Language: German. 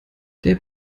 der